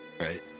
right